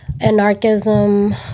anarchism